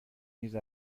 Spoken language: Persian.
نیز